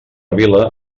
vila